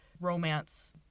romance